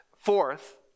Fourth